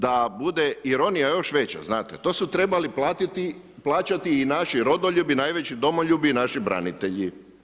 Da bude ironija još veća, znate, to su trebali plaćati i naši rodoljubi, najveći domoljubi naši branitelji.